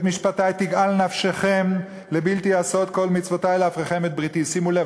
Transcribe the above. משפטי תגעל נפשכם לבלתי עשות את כל מצותי להפרכם את בריתי" שימו לב,